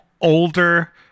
older